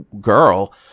girl